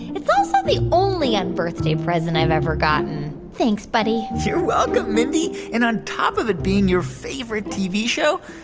it's also the only unbirthday present i've ever gotten. thanks, buddy you're welcome, mindy. and on top of it being your favorite tv show,